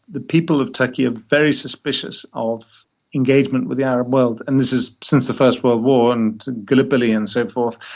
the people of turkey are very suspicious of engagement with the arab world and this is since the first world war and gallipoli and so forth.